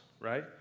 Right